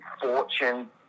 fortune